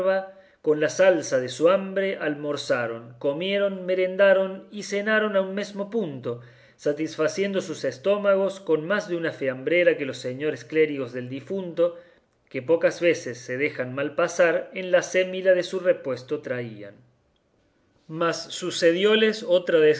con la salsa de su hambre almorzaron comieron merendaron y cenaron a un mesmo punto satisfaciendo sus estómagos con más de una fiambrera que los señores clérigos del difunto que pocas veces se dejan mal pasar en la acémila de su repuesto traían mas sucedióles otra